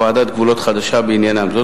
התרבות הרלוונטית לעניין הזה היא